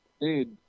Dude